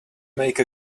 make